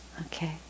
Okay